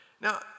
Now